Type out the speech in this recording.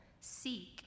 seek